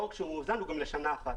רק שהוא מאוזן אלא שהוא גם לשנה אחת.